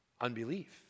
unbelief